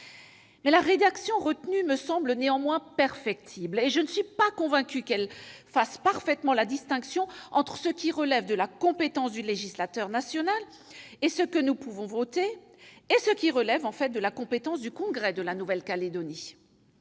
La rédaction retenue me semble néanmoins perfectible, et je ne suis pas convaincue qu'elle fasse parfaitement la distinction entre ce qui relève de la compétence du législateur national, et que nous pouvons voter, et ce qui relève de celle du Congrès de la Nouvelle-Calédonie.